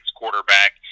quarterback